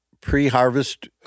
pre-harvest